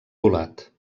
colat